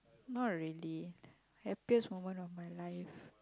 not really happiest moment of my life